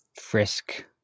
frisk